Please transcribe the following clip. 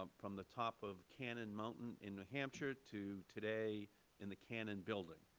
um from the top of cannon mountain in new hampshire to today in the cannon building.